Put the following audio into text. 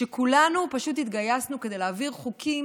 כשכולנו פשוט התגייסנו כדי להעביר חוקים